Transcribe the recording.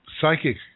psychic